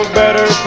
better